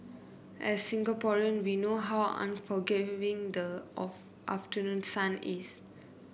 as Singaporean we know how unforgiving the of afternoon sun is